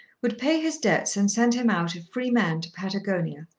would pay his debts and send him out a free man to patagonia.